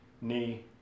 Knee